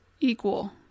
equal